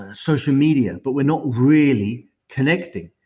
ah social media, but we're not really connecting.